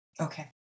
okay